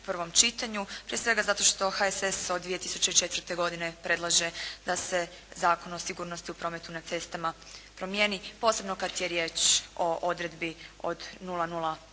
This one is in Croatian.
prvom čitanju prije svega zato što HSS od 2004. godine predlaže da se Zakon o sigurnosti o prometu na cestama posebno kad je riječ o odredbi od 0,0